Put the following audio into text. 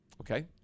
Okay